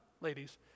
ladies